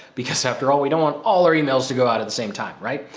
because after all we don't want all our emails to go out at the same time, right?